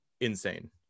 insane